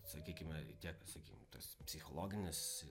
sakykime tiek sakykim tas psichologinis